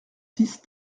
six